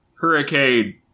Hurricane